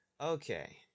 Okay